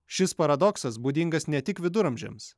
šis paradoksas būdingas ne tik viduramžiams